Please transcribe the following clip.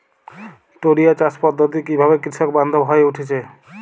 টোরিয়া চাষ পদ্ধতি কিভাবে কৃষকবান্ধব হয়ে উঠেছে?